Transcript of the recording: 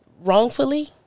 wrongfully